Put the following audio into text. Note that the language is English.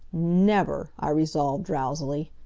never! i resolved, drowsily.